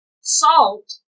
Salt